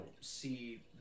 see